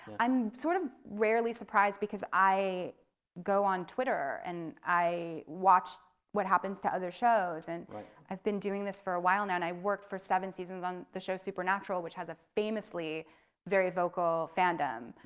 i'm sort of rarely surprised because i go on twitter and i watch what happens to other shows and i've been doing this for a while now. and i worked for seven season on the show supernatural which has a famously very vocal fandom.